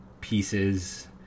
pieces